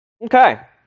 Okay